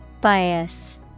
Bias